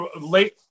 late